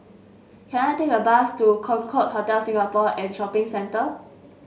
can I take a bus to Concorde Hotel Singapore and Shopping Centre